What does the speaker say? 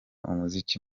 umuziki